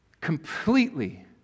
completely